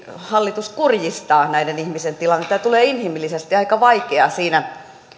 hallitus kurjistaa näiden ihmisten tilannetta ja tulee inhimillisesti aika vaikeaa siinä